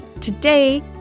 Today